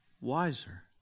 wiser